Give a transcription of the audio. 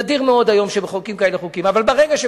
נדיר מאוד שמחוקקים כאלה חוקים היום.